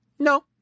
No